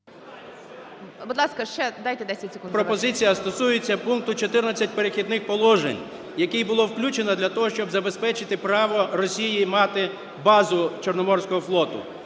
Пропозиція стосується пункту 14 "Перехідних положень", який було включено для того, щоб забезпечити право Росії мати базу Чорноморського флоту.